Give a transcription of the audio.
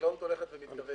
החקלאות הולכת ומתכווצת.